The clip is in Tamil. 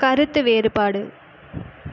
கருத்து வேறுபாடு